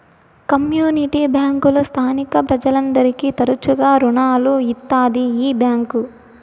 community బ్యాంకులు స్థానిక ప్రజలందరికీ తరచుగా రుణాలు ఇత్తాది ఈ బ్యాంక్